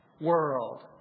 world